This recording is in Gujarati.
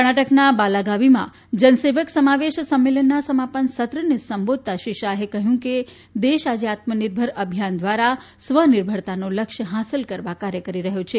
કર્ણાટકના બાલાગાવીમાં જનસેવક સમાવેશ સંમેલનના સમાપન સત્રને સંબોધતા શ્રી શાહે કહ્યું કે દેશ આજે આત્મનિર્ભર અભિયાન દ્વારા સ્વ નિર્ભરતાનો લક્ય્ત હાંસલ કરવા કાર્ય કરી રહ્યું છે